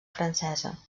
francesa